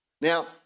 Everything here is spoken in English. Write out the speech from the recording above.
Now